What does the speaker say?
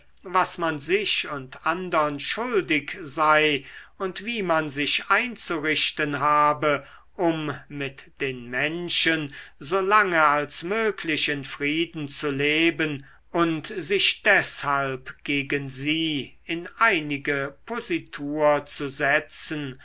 was man sich und andern schuldig sei und wie man sich einzurichten habe um mit den menschen so lange als möglich in frieden zu leben und sich deshalb gegen sie in einige positur zu setzen